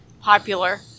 popular